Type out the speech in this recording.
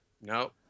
No